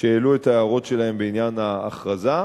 שהעלו את ההערות שלהם בעניין ההכרזה.